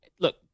look